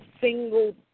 single